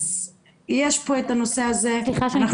אז יש פה את הנושא הזה.